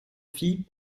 fille